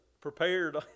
prepared